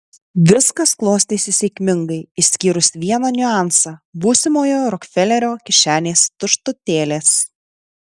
viskas klostėsi sėkmingai išskyrus vieną niuansą būsimojo rokfelerio kišenės tuštutėlės